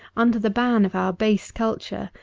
under the ban of our base culture,